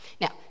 Now